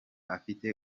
afite